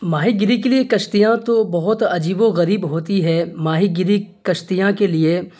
ماہی گیری کے لیے کشتیاں تو بہت عجیب و غریب ہوتی ہے ماہی گیری کشتیاں کے لیے